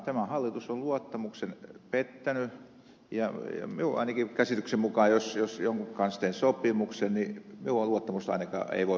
tämä hallitus on luottamuksen pettänyt ja ainakin minun käsitykseni mukaan jos jonkun kanssa teen sopimuksen niin minun luottamustani ei voi pettää kuin yhdesti